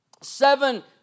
seven